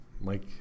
Mike